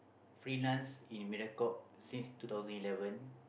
free lunch in Mediacorp since two thousand eleven